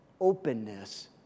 openness